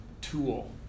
tool